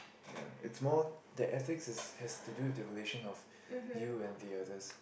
ya its more the ethics has has to do with the relation of you and the others